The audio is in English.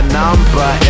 number